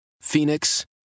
Phoenix